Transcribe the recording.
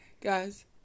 Guys